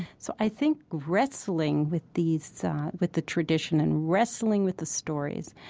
so i think wrestling with these with the tradition and wrestling with the stories,